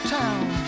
town